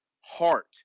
heart